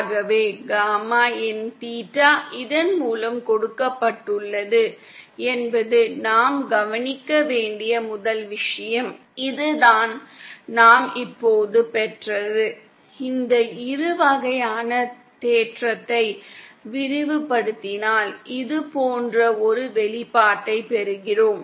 ஆகவே காமாin தீட்டா இதன் மூலம் கொடுக்கப்பட்டுள்ளது என்பது நாம் கவனிக்க வேண்டிய முதல் விஷயம் இதுதான் நாம் இப்போது பெற்றது இந்த இருவகையான தேற்றத்தை விரிவுபடுத்தினால் இது போன்ற ஒரு வெளிப்பாட்டைப் பெறுகிறோம்